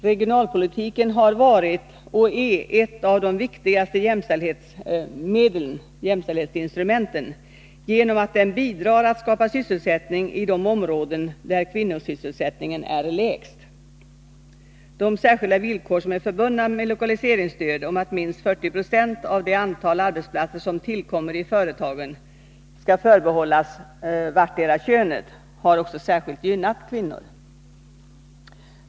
Regionalpolitiken har varit och är ett av de viktigaste jämställdhetsinstrumenten genom att den bidrar till att skapa sysselsättning i de områden där kvinnosysselsättningen är lägst. De särskilda villkor som är förbundna med lokaliseringsstöd, att minst 40 96 av det antal arbetsplatser som tillkommer i företagen skall förbehållas vartdera könet, har särskilt gynnat kvinnor.